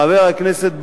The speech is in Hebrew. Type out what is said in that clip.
חבר הכנסת בר-און,